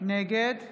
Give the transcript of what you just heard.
נגד